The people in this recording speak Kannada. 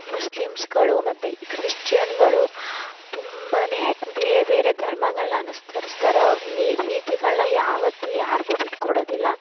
ಮುಸ್ಲಿಮ್ಸ್ಗಳು ಮತ್ತು ಕ್ರಿಶ್ಚಿಯನ್ಗಳು ತುಂಬ ಬೇರೆ ಬೇರೆ ಧರ್ಮಗಳನ್ನ ಅನುಸರಸ್ತಾರೆ ಅವ್ರು ನಿ ರೀತಿಗಳನ್ನ ಯಾವತ್ತೂ ಯಾರಿಗೂ ಬಿಟ್ಟುಕೊಡೋದಿಲ್ಲ